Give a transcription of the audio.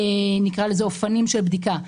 נקרא לזה, אופנים של בדיקה.